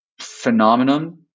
phenomenon